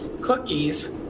cookies